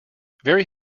very